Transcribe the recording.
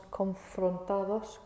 confrontados